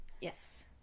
Yes